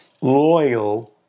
loyal